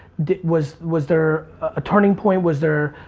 was was there a turning point? was there,